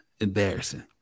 Embarrassing